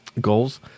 goals